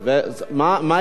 ומחירי החשמל עלו ב-40%.